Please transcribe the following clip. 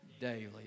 daily